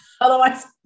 Otherwise